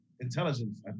intelligence